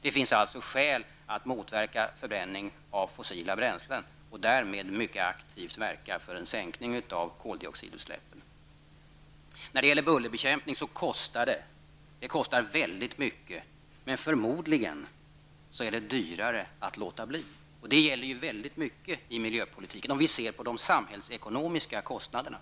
Det finns alltså skäl att motverka förbränning av fossila bränslen och att därmed mycket aktivt verka för en sänkning av koldioxidutsläppen. Bullerbekämpning kostar. Det kostar väldigt mycket! Förmodligen är det dock dyrare att låta bli. Det gäller mycket inom miljöpolitiken om vi ser till de samhällsekonomiska kostnaderna.